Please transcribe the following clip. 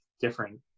different